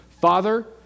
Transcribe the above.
Father